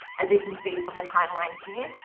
as you can see from the timeline here,